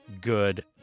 good